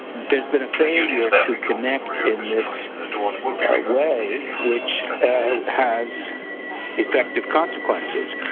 there's been a failure to connect in this way, which has effective consequences.